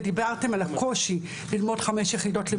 ודיברתם על הקושי ללמוד חמש יחידות לימוד במתמטיקה.